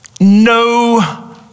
no